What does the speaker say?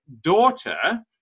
daughter